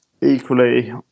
equally